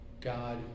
God